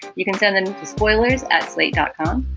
you can send them spoilers at slate dot com.